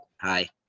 hi